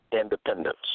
Independence